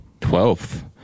Twelfth